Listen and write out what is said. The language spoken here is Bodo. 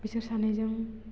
बिसोर सानैजों